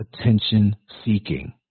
Attention-seeking